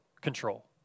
control